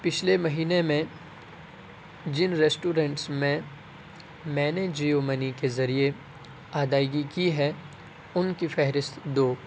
پچھلے مہینے میں جن ریسٹورنٹس میں میں نے جیو منی کے ذریعے ادائیگی کی ہے ان کی فہرست دو